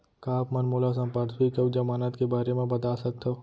का आप मन मोला संपार्श्र्विक अऊ जमानत के बारे म बता सकथव?